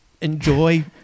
enjoy